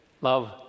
love